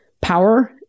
power